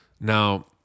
Now